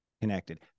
connected